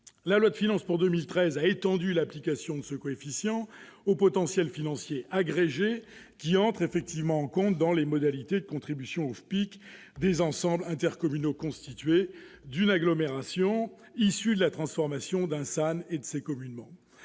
La loi de finances pour 2013 a étendu l'application de ce coefficient au potentiel fiscal agrégé- ce dernier entre en ligne de compte dans les modalités de contribution au FPIC -des ensembles intercommunaux constitués d'une communauté d'agglomération issue de la transformation d'un SAN et de ses communes